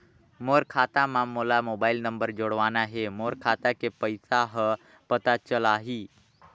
मोर खाता मां मोला मोबाइल नंबर जोड़वाना हे मोर खाता के पइसा ह पता चलाही?